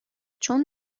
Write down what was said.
چون